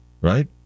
right